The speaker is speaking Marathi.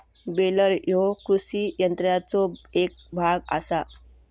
बेलर ह्यो कृषी यंत्राचो एक भाग आसा